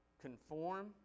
Conform